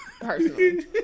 personally